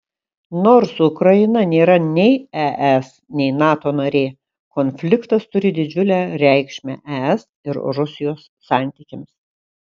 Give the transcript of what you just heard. nors ukraina nėra nei es nei nato narė konfliktas turi didžiulę reikšmę es ir rusijos santykiams